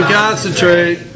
concentrate